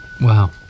Wow